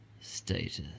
status